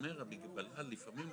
הגדרה של תקינה לא